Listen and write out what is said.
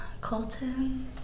Colton